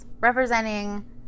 representing